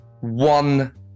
One